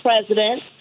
president